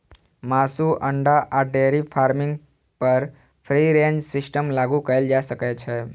मासु, अंडा आ डेयरी फार्मिंग पर फ्री रेंज सिस्टम लागू कैल जा सकै छै